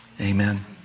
Amen